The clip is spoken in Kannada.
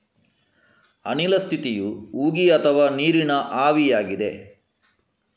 ಅನಿಲ ಸ್ಥಿತಿಯು ಉಗಿ ಅಥವಾ ನೀರಿನ ಆವಿಯಾಗಿದೆ